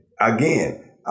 again